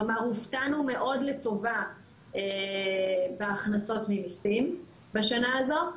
כלומר הופתענו מאוד לטובה בהכנסות ממסים בשנה הזו.